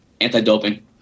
Anti-doping